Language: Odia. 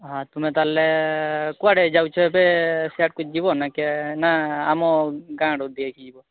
ହଁ ତୁମେ ତାହାଲେ କୁଆଡ଼େ ଯାଉଛ ଏବେ ସେଆଡ଼କୁ ଯିବ ନା ଆମ ଗାଁ ଆଡ଼ୁ ଦେଇକି ଯିବ